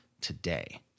today